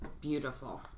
beautiful